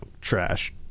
trash